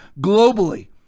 globally